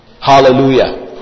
Hallelujah